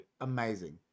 amazing